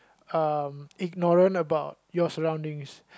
um ignorant about your surroundings